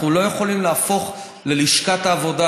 אנחנו לא יכולים להפוך ללשכת העבודה